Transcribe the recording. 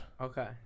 Okay